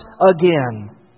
again